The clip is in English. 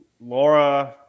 Laura